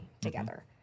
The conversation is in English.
together